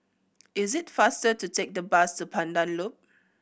is it faster to take the bus to Pandan Loop